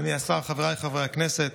אדוני השר, חבריי חברי הכנסת,